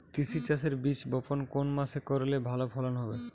তিসি চাষের বীজ বপন কোন মাসে করলে ভালো ফলন হবে?